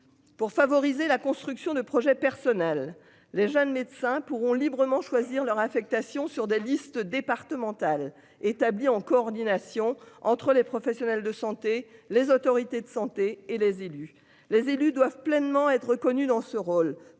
Pour favoriser la construction de projets personnels. Les jeunes médecins pourront librement choisir leur affectation sur des listes départementales établi en coordination entre les professionnels de santé, les autorités de santé et les élus, les élus doivent pleinement être reconnu dans. Ce rôle